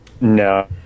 No